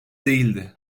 değildi